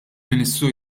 ministru